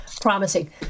promising